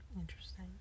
interesting